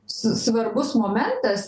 svarbus momentas